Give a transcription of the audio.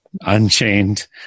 Unchained